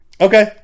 okay